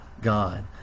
God